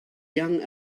young